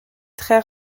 très